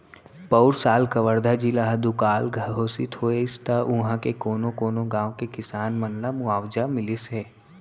पउर साल कवर्धा जिला ह दुकाल घोसित होइस त उहॉं के कोनो कोनो गॉंव के किसान मन ल मुवावजा मिलिस हे